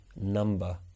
number